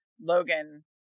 logan